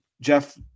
Jeff